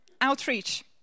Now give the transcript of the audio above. outreach